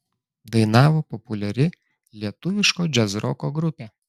dainavo populiari lietuviško džiazroko grupė